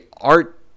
art